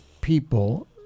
people